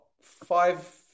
five